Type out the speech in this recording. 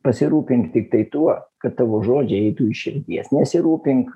pasirūpink tiktai tuo kad tavo žodžiai eitų iš širdies nesirūpink